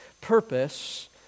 purpose